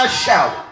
shout